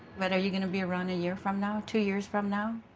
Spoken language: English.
but are you gonna be around a year from now, two years from now?